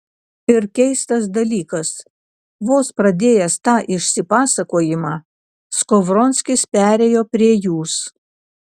ir keistas dalykas vos pradėjęs tą išsipasakojimą skovronskis perėjo prie jūs